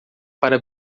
para